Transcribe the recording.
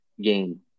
game